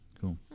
Cool